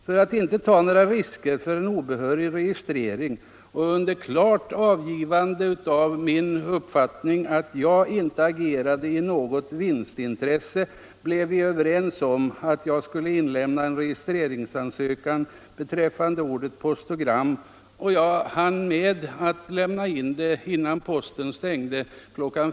För att inte riskera en obehörig registrering och under klart avgivande av en försäkran att jag inte agerade i något vinstintresse blev vi överens om att jag skulle inlämna en registreringsansökan beträffande ordet postogram. Innan posten stängde kl.